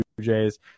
jays